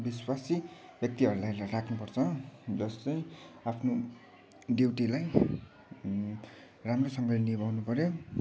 विश्वासी व्यक्तिहरूलाई राख्नुपर्छ जस्तै आफ्नो ड्युटीलाई राम्रोसंँगले निभाउनु पर्यो